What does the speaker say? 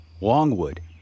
Longwood